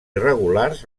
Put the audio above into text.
irregulars